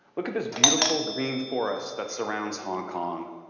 look at this beautiful green forest that surrounds hong kong.